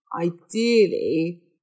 Ideally